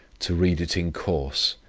to read it in course,